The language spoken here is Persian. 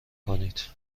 کنید